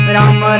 Ram